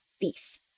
beef